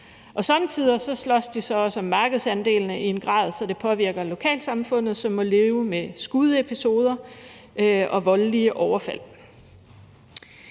og somme tider slås de så også om markedsandelene i en grad, så det påvirker lokalsamfundet, som må leve med skudepisoder og voldelige overfald.